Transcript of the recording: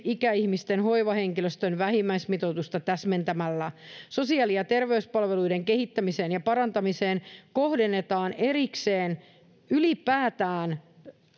ikäihmisten hoivahenkilöstön vähimmäismitoitusta täsmentämällä sosiaali ja terveyspalveluiden kehittämiseen ja parantamiseen kohdennetaan erikseen ylipäätään